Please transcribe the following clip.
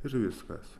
ir viskas